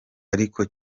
ariko